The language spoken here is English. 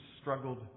struggled